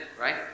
Right